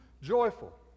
joyful